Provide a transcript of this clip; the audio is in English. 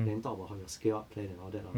then talk about how your scale up plan all that lah